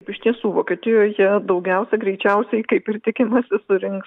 iš tiesų vokietijoje daugiausia greičiausiai kaip ir tikimasi surinks